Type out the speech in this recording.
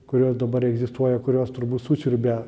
kurios dabar egzistuoja kurios turbūt susiurbia